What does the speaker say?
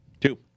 Two